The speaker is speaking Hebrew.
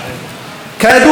כידוע לכולכם,